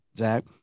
Zach